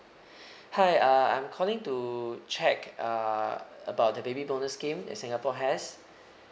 hi uh I'm calling to check uh about the baby bonus scheme in singapore has